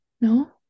no